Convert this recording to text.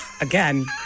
Again